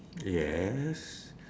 yes